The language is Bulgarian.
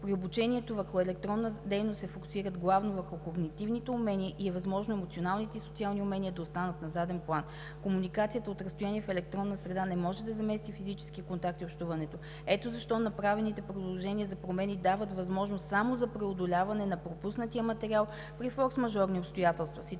При обучението върху електронната дейност се фокусират главно когнитивните умения и е възможно емоционалните и социални умения да останат на заден план. Комуникацията от разстояние в електронна среда не може да замести физическия контакт и общуването – ето защо направените предложения за промени дават възможност само за преодоляване на пропуснатия материал при форсмажорни обстоятелства.